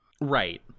Right